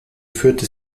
führte